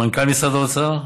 מנכ"ל משרד האוצר,